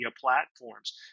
platforms